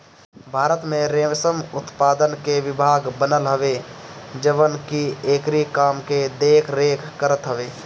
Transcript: भारत में रेशम उत्पादन के विभाग बनल हवे जवन की एकरी काम के देख रेख करत हवे